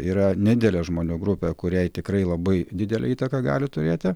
yra nedidelė žmonių grupė kuriai tikrai labai didelę įtaką gali turėti